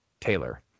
Taylor